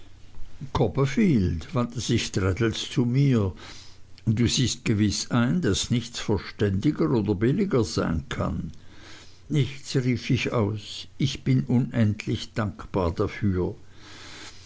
copperfield wandte sich traddles zu mir du siehst gewiß ein daß nichts verständiger oder billiger sein kann nichts rief ich aus ich bin unendlich dankbar dafür